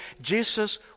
Jesus